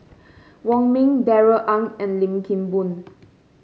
Wong Ming Darrell Ang and Lim Kim Boon